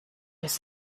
his